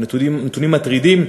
הם נתונים מטרידים,